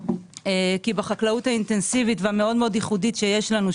כי בחקלאות האינטנסיבית והמאוד מאוד ייחודית שיש לנו,